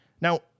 Now